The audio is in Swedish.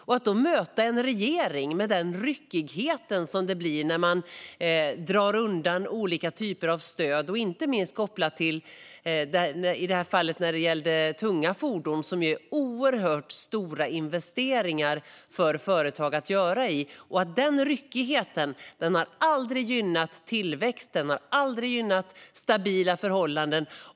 De får möta en regering med den ryckighet som uppstår när man drar undan olika typer av stöd - inte minst kopplat till tunga fordon, som det gäller i det här fallet. Det handlar alltså om oerhört stora investeringar. Den ryckigheten har aldrig gynnat tillväxten, och den har aldrig gynnat stabila förhållanden.